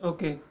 Okay